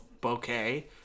bouquet